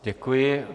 Děkuji.